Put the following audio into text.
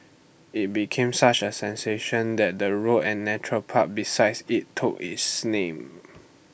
IT became such A sensation that the road and Nature Park besides IT took its name